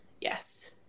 Yes